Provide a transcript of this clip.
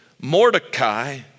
Mordecai